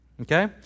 Okay